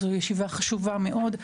זו ישיבה חשובה מאוד.